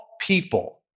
people